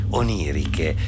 oniriche